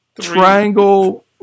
triangle